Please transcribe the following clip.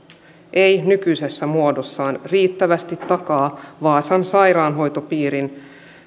ei nykyisessä muodossaan riittävästi takaa vaasan sairaanhoitopiirin